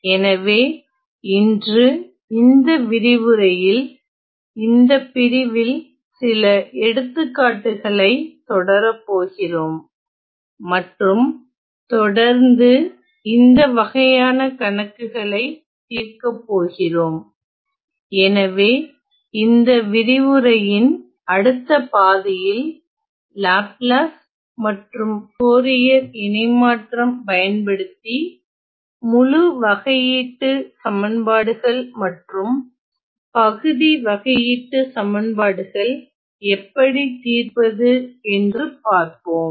எனவே இன்று இந்த விரிவுரையில் இந்த பிரிவில் சில எடுத்துக்காட்டுகளைத் தொடரப் போகிறோம் மற்றும் தொடர்ந்து இந்த வகையான கணக்குகளை தீர்க்க போகிறோம் எனவே இந்த விரிவுரையின் அடுத்த பாதியில் லாப்லாஸ் மற்றும் போரியர் இணைமாற்றம் பயன்படுத்தி முழு வகையீட்டுச் சமன்பாடுகள் மற்றும் பகுதி வகையீட்டுச் சமன்பாடுகள் எப்படி தீர்ப்பது என்று பார்ப்போம்